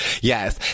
Yes